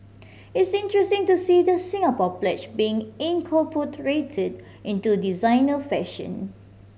it's interesting to see the Singapore Pledge being incorporated into designer fashion